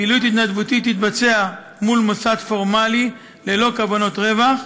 1. פעילות התנדבותית תתבצע מול מוסד פורמלי ללא כוונת רווח.